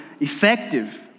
effective